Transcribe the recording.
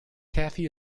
kathy